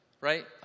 right